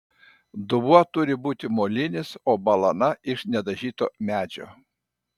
dubuo turi būti molinis o balana iš nedažyto medžio